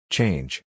Change